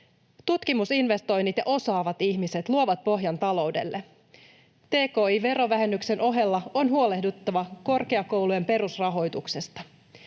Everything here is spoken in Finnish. Tutkimusinvestoinnit ja osaavat ihmiset luovat pohjan taloudelle. Tki-verovähennyksen ohella on huolehdittava korkeakoulujen perusrahoituksesta.